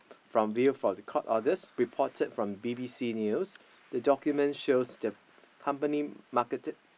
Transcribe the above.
from view for the court orders reported from B_B_C news the documents shows the company marketed